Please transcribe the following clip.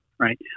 Right